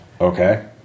Okay